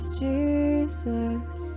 jesus